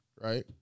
right